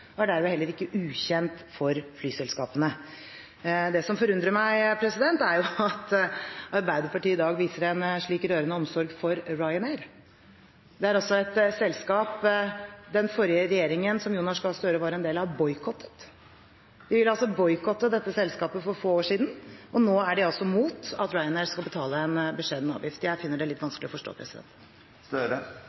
og dermed heller ikke ukjent for flyselskapene. Det som forundrer meg, er at Arbeiderpartiet i dag viser en slik rørende omsorg for Ryanair. Det er et selskap den forrige regjeringen, som Jonas Gahr Støre var en del av, boikottet. De ville altså boikotte dette selskapet for få år siden, men nå er de imot at Ryanair skal betale en beskjeden avgift. Jeg finner det litt vanskelig å forstå.